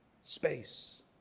Space